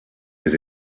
was